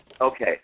Okay